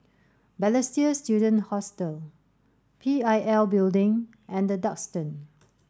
Balestier Student Hostel P I L Building and The Duxton